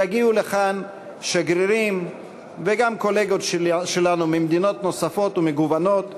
יגיעו לכאן שגרירים וגם קולגות שלנו ממדינות נוספות ומגוונות,